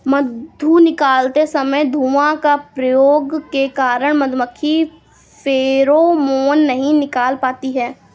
मधु निकालते समय धुआं का प्रयोग के कारण मधुमक्खी फेरोमोन नहीं निकाल पाती हैं